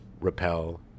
repel